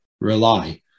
rely